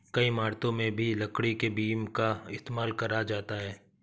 कई इमारतों में भी लकड़ी के बीम का इस्तेमाल करा जाता है